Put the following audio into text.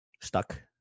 stuck